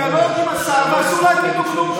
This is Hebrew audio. דיאלוג הוא עשה, ואסור להגיד לו כלום.